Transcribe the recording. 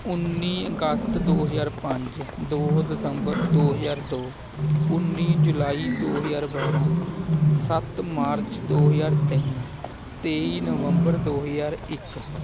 ਉੱਨੀ ਅਗਸਤ ਦੋ ਹਜ਼ਾਰ ਪੰਜ ਦੋ ਦਸੰਬਰ ਦੋ ਹਜ਼ਾਰ ਦੋ ਉੱਨੀ ਜੁਲਾਈ ਦੋ ਹਜ਼ਾਰ ਬਾਰ੍ਹਾਂ ਸੱਤ ਮਾਰਚ ਦੋ ਹਜ਼ਾਰ ਤਿੰਨ ਤੇਈ ਨਵੰਬਰ ਦੋ ਹਜ਼ਾਰ ਇੱਕ